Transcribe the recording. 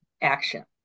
action